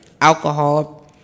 alcohol